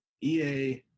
EA